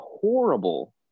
horrible